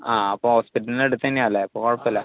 ആ അപ്പോൾ ഹോസ്പിറ്റലിൻ്റടുത്തന്നെയാണ് അല്ലേ അപ്പോൾ കുഴപ്പമില്ല